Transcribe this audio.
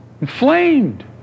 inflamed